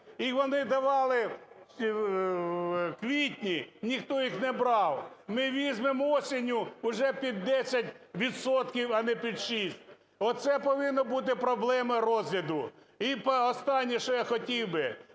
і вони давали в квітні, ніхто їх не брав. Ми візьмемо восени уже під 10 відсотків, а не під 6. Оце повинно бути проблемою розгляду. І останнє, що я хотів би.